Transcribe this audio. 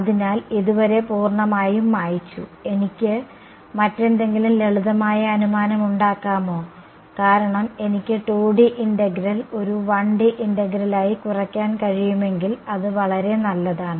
അതിനാൽ ഇതുവരെ പൂർണ്ണമായും മായ്ച്ചു എനിക്ക് മറ്റെന്തെങ്കിലും ലളിതമായ അനുമാനം ഉണ്ടാക്കാമോ കാരണം എനിക്ക് 2D ഇന്റഗ്രൽ ഒരു 1D ഇന്റഗ്രലായി കുറയ്ക്കാൻ കഴിയുമെങ്കിൽ അത് വളരെ നല്ലതാണ്